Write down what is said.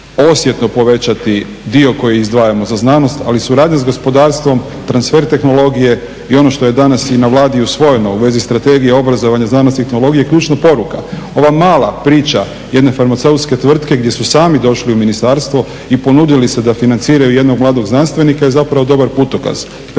osjetno povećati dio koji izdvajamo za znanost, ali suradnja s gospodarstvom, transfer tehnologije i ono što je danas i na Vladi usvojeno u vezi strategije obrazovanja, znanosti i tehnologije, ključno poruka. Ova mala priča jedne farmaceutske tvrtke gdje su sami došli u ministarstvo i ponudili se da financiraju jednog mladog znanstvenika je zapravo dobar putokaz.